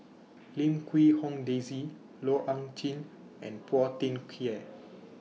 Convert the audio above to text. Lim Quee Hong Daisy Loh Ah Chee and Phua Thin Kiay